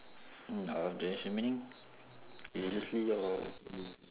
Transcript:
mm out of direction meaning religiously or